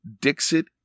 Dixit